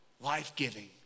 life-giving